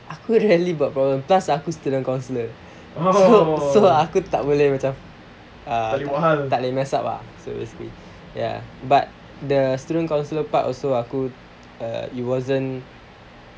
aku didn't really got problem thus aku student counsellor so so aku tak boleh macam mess up lah so basically but the student council part also aku it wasn't